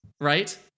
Right